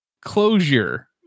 closure